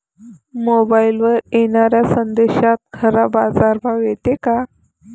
मोबाईलवर येनाऱ्या संदेशात खरा बाजारभाव येते का?